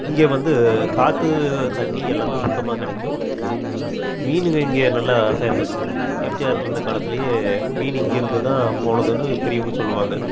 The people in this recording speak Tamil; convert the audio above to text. இங்கே வந்து காற்று தண்ணீ எல்லாமே சுத்தமாக கிடைக்கும் மீனுங்க இங்கே நல்லா ஃபேமஸ் எம்ஜிஆர் இருந்த காலத்துலேயே மீன் இங்கேருந்துதான் போனதுனு பெரியவங்க சொல்லுவாங்க